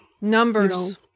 numbers